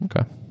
okay